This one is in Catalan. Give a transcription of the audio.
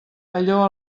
allò